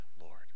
Lord